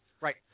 Right